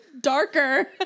darker